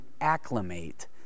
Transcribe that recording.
acclimate